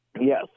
Yes